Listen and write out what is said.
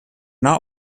not